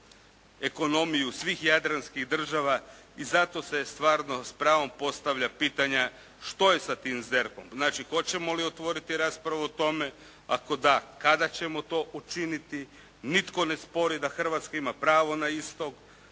ekonomiju svih jadranskih država, i zato se stvarno s pravom postavlja pitanja što je sa tim ZERP-om? Znači hoćemo li otvoriti raspravu o tome? Ako da, kada ćemo to učiniti? Nitko ne spori da Hrvatska ima pravo na istog,